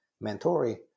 mentor